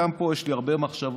גם פה יש לי הרבה מחשבות,